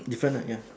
different ah ya